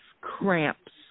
cramps